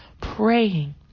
praying